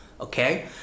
okay